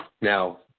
Now